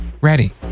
ready